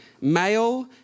Male